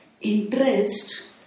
interest